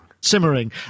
Simmering